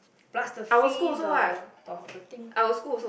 plus the free the the thing